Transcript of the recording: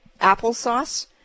applesauce